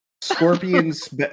Scorpions